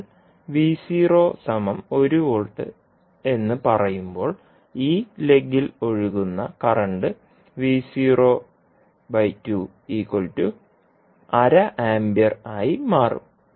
നിങ്ങൾ എന്ന് പറയുമ്പോൾ ഈ ലെഗിൽ ഒഴുകുന്ന കറന്റ് ആയി മാറും